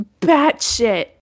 batshit